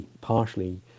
partially